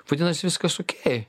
vadinasi viskas okei